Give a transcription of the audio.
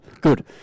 Good